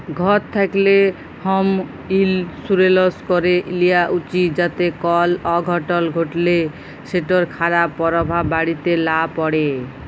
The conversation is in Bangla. ঘর থ্যাকলে হম ইলসুরেলস ক্যরে লিয়া উচিত যাতে কল অঘটল ঘটলে সেটর খারাপ পরভাব বাড়িতে লা প্যড়ে